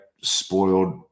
spoiled